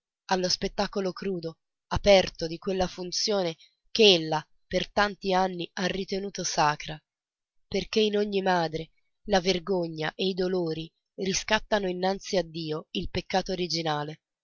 allo spettacolo crudo aperto di quella funzione che ella per tanti anni ha ritenuto sacra perché in ogni madre la vergogna e i dolori riscattano innanzi a dio il peccato originale